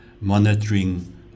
monitoring